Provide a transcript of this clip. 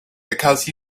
because